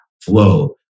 flow